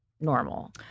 normal